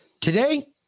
today